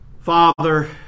Father